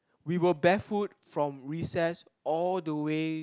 we were barefoot from recess all the way